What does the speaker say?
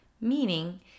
meaning